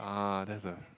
ah that's the